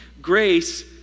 grace